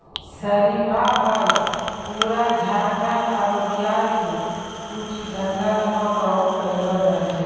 शरीफा फल पूरा झारखंड आरो बिहार के कुछ जंगल मॅ बहुत पैलो जाय छै